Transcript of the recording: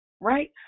right